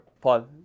Paul